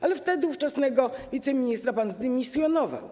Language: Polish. Ale wtedy ówczesnego wiceministra pan zdymisjonował.